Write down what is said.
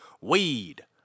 Weed